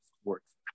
sports